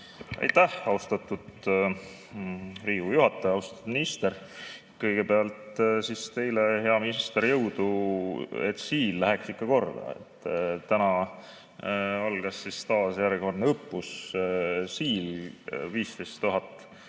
Aitäh, austatud Riigikogu juhataja! Austatud minister! Kõigepealt teile, hea minister, jõudu, et Siil läheks ikka korda! Täna algas siis taas järjekordne õppus Siil, kus 15 000